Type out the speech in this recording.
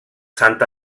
sant